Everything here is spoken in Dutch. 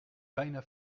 bijna